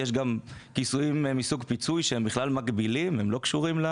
יש גם כיסויים מסוג פיצוי שהם מקבילים והם לא קשורים.